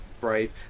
brave